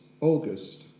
August